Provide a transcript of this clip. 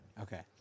Okay